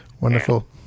Wonderful